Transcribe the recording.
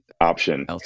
option